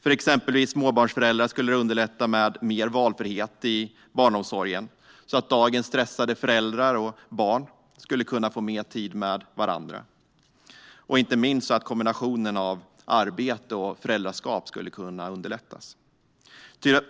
För exempelvis småbarnsföräldrar skulle det underlätta med mer valfrihet i barnomsorgen, så att dagens stressade föräldrar och barn skulle kunna få mer tid med varandra och inte minst så att kombinationen av arbete och föräldraskap skulle kunna underlättas.